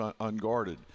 unguarded